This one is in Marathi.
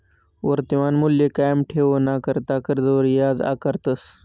वर्तमान मूल्य कायम ठेवाणाकरता कर्जवर याज आकारतस